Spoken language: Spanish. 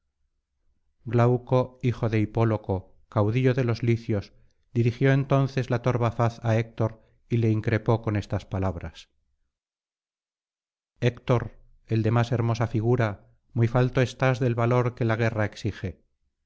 glauco hijo de hipóloco caudillo de los licios dirigió entonces la torva faz á héctor y le increpó con estas palabras héctor el de más hermosa figura muy falto estás del valor que la guerra exige